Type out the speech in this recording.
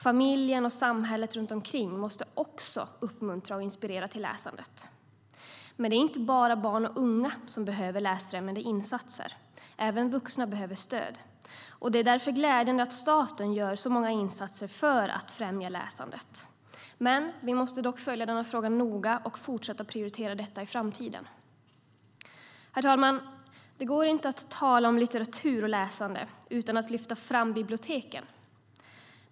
Familjen och samhället runt omkring måste också uppmuntra och inspirera till läsandet. Men det är inte bara barn och unga som behöver läsfrämjande insatser. Även vuxna behöver stöd. Det är därför glädjande att staten gör så många insatser för att främja läsandet. Men vi måste följa denna fråga noga och fortsätta prioritera detta i framtiden. Herr talman! Det går inte att tala om litteratur och läsande utan att lyfta fram biblioteken.